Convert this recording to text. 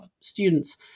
students